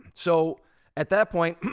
so at that point,